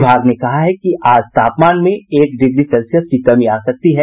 विभाग ने कहा है कि आज तापमान में एक डिग्री सेल्सियस की कमी आ सकती है